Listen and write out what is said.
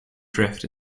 drift